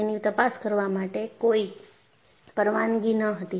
તેની તપાસ કરવા માટે કોઈ પરવાનગી ન હતી